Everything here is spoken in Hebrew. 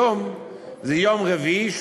היום זה יום רביעי,